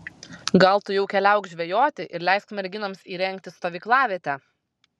gal tu jau keliauk žvejoti ir leisk merginoms įrengti stovyklavietę